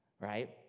right